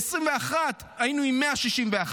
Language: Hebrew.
ב-2021 היינו עם 161,